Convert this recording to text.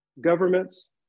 governments